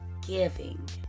giving